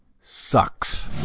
sucks